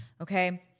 okay